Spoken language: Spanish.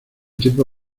tiempo